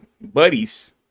buddies